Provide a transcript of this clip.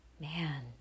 Man